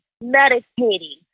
meditating